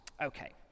okay